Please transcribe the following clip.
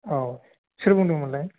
औ सोर बुंदों मोनलाय